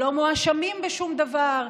שלא מואשמים בשום דבר.